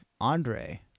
Andre